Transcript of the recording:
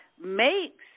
makes